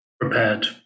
prepared